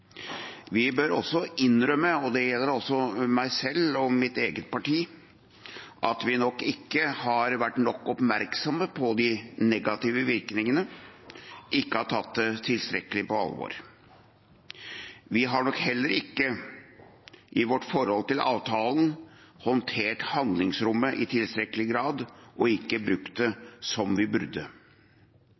Vi bør også innrømme, og det gjelder også meg selv og mitt eget parti, at vi nok ikke har vært nok oppmerksomme på de negative virkningene, ikke har tatt det tilstrekkelig på alvor. Vi har nok heller ikke i vårt forhold til avtalen håndtert handlingsrommet i tilstrekkelig grad og ikke brukt det som vi burde.